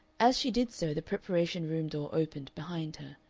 as she did so the preparation-room door opened behind her.